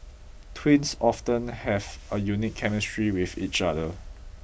twins often have a unique chemistry with each other